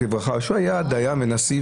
שהוא היה דיין ונשיא,